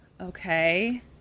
okay